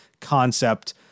concept